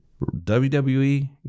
WWE